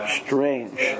strange